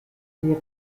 les